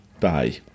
Bye